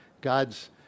God's